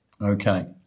Okay